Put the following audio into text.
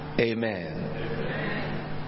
Amen